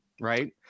right